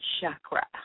chakra